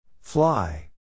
Fly